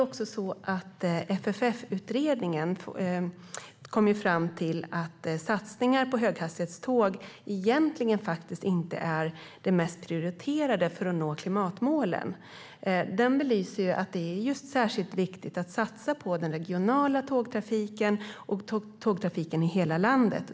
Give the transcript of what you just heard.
FFF-utredningen kom fram till att satsningar på höghastighetståg egentligen inte är det mest prioriterade för att nå klimatmålen. Den belyser att det är särskilt viktigt att satsa på den regionala tågtrafiken och på tågtrafiken i hela landet.